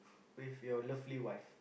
with your lovely wife